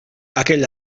aquell